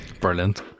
Brilliant